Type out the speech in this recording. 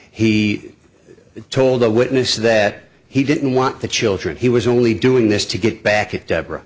he told a witness that he didn't want the children he was only doing this to get back at deborah